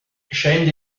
scende